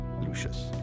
Lucius